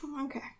Okay